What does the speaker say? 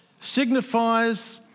signifies